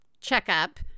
checkup